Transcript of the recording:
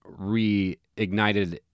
reignited